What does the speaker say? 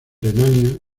renania